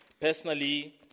Personally